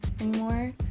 anymore